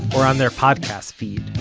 or on their podcast feed.